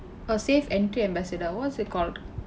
a safe entry ambassador what's it called